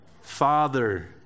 Father